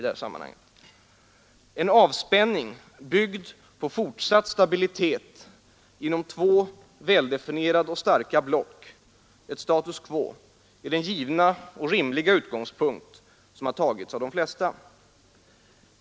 En avspänning byggd på fortsatt stabilitet inom två väldefinierade och starka block, ett status quo, är den givna och rimliga utgångspunkt som tagits av de flesta.